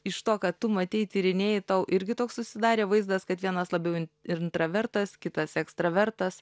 iš to ką tu matei tyrinėjai tau irgi toks susidarė vaizdas kad vienas labiau in intravertas kitas ekstravertas